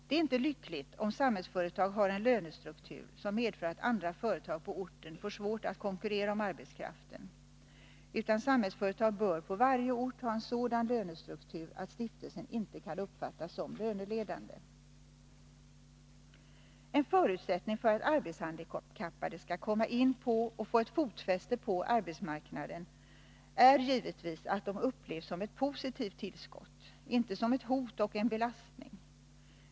Det är inte lyckligt om Samhällsföretag har en lönestruktur som medför att andra företag på orten får svårt att konkurrera om arbetskraften, utan Samhällsföretag bör på varje ort ha en sådan lönestruktur att stiftelsen inte kan uppfattas som löneledande. En förutsättning för att de arbetshandikappade skall komma in på och få fotfäste på arbetsmarknaden är givetvis att de upplevs som ett positivt tillskott, inte som ett hot och en belastning.